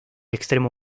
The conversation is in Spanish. extremo